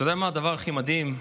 אתה יודע מה הדבר הכי מדהים?